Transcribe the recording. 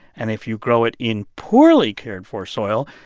and if you grow it in poorly cared-for soil,